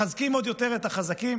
מחזקים עוד יותר את החזקים,